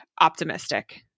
optimistic